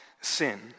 sin